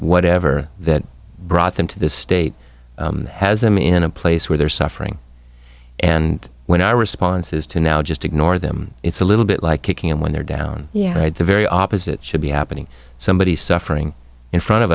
whatever that brought them to this state has them in a place where they're suffering and when our response is to now just ignore them it's a little bit like kicking them when they're down yeah right the very opposite should be happening somebody suffering in front of